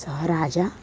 सः राजा